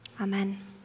Amen